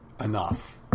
enough